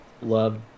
love